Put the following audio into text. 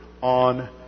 on